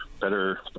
Better